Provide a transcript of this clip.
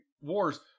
wars